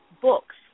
books